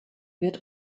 wird